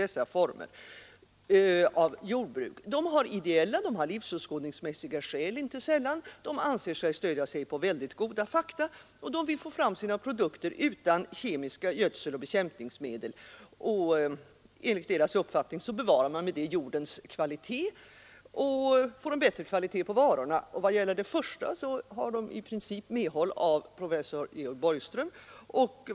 Det är fråga om odlare som av ideella och livsåskåd ningsmässiga skäl, stödda på vad de anser vara goda fakta, önskar få fram sina produkter utan kemiska gödseleller bekämpningsämnen. Enligt deras uppfattning bevarar man därmed jordens kvalitet och får en bättre kvalitet på varorna. I fråga om den första synpunkten har de i princip medhåll av professor Georg Borgström.